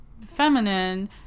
feminine